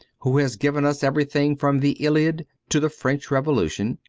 who has given us everything from the iliad to the french revolution.